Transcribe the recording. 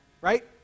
right